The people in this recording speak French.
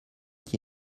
qui